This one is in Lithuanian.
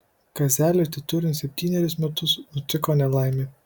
kazeliui teturint septynerius metus nutiko nelaimė